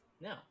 Now